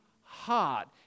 heart